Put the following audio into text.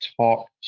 talk